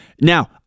Now